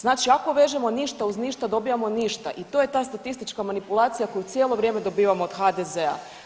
Znači ako vežemo ništa uz ništa dobijamo ništa i t je ta statistička manipulacija koju cijelo vrijeme dobivamo od HDZ-a.